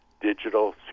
digital